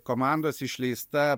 komandos išleista